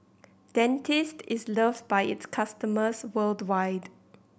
Dentiste is loved by its customers worldwide